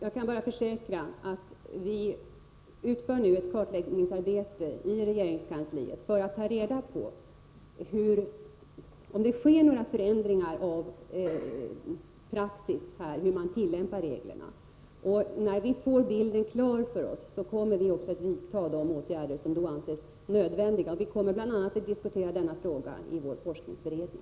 Herr talman! Vi utför nu ett kartläggningsarbete i regeringskansliet för att ta reda på om det sker några förändringar i praxis när man tillämpar reglerna. Jag kan försäkra att regeringen, när vi får bilden klar för oss, kommer att vidta de åtgärder som då anses nödvändiga. Vi kommer bl.a. att diskutera denna fråga i vår forskningsberedning.